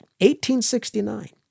1869